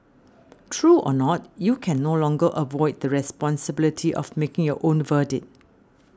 true or not you can no longer avoid the responsibility of making your own verdict